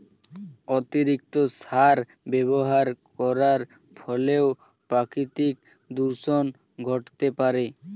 অতিরিক্ত সার ব্যবহার করার ফলেও প্রাকৃতিক দূষন ঘটতে পারে